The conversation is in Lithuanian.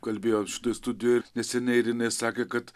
kalbėjo šitoj studijoj ir neseniai ir inai sakė kad